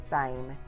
time